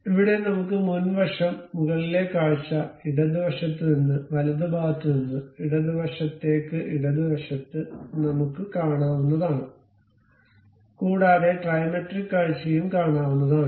ഇവിടെ നമുക്ക് മുൻവശം മുകളിലെ കാഴ്ച ഇടത് വശത്ത് നിന്ന് വലതുഭാഗത്ത് നിന്ന് ഇടത് വശത്തേക്ക് ഇടത് വശത്ത് നമ്മുക്ക് കാണാവുന്നതാണ് കൂടാതെ ട്രിമെട്രിക് കാഴ്ചയും കാണാവുന്നതാണ്